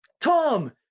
Tom